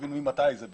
שנבין ממתי זה בערך,